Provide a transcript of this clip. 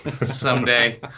Someday